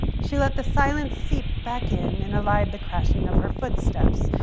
she let the silence seep back in and allied the crashing of her footsteps.